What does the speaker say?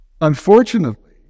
Unfortunately